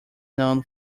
known